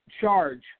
charge